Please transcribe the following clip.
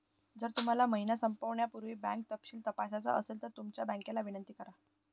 जर तुम्हाला महिना संपण्यापूर्वी बँक तपशील तपासायचा असेल तर तुमच्या बँकेला विनंती करा